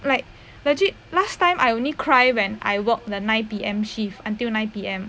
like legit last time I only cry when I work the night P_M shift until nine P_M